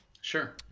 sure